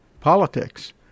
politics